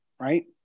right